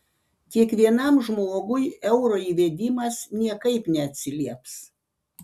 kiekvienam žmogui euro įvedimas niekaip neatsilieps